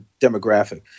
demographic